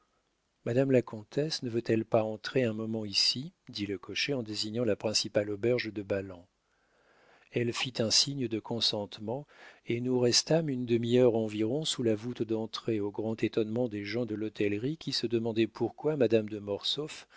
madame la comtesse ne veut-elle pas entrer un moment ici dit le cocher en désignant la principale auberge de ballan elle fit un signe de consentement et nous restâmes une demi-heure environ sous la voûte d'entrée au grand étonnement des gens de l'hôtellerie qui se demandèrent pourquoi madame de